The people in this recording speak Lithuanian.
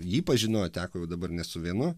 jį pažinojo teko jau dabar ne su vienu